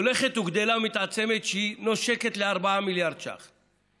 והיא הולכת וגדלה ומתעצמת ונושקת ל-4 מיליארד ש"ח,